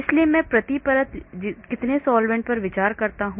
इसलिए मैं प्रति परत कितने सॉल्वैंट्स पर विचार करता हूं